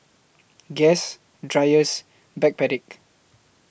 Guess Dreyers Backpedic